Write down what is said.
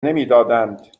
نمیدادند